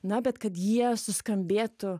na bet kad jie suskambėtų